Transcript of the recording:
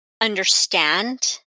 understand